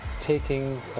taking